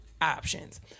options